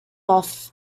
off